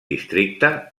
districte